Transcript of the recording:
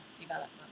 Development